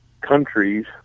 countries